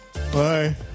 Bye